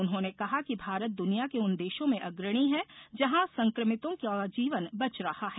उन्होंने कहा कि भारत दुनिया के उन देशों में अग्रणी है जहां संक्रमितों का जीवन बच रहा है